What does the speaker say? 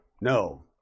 No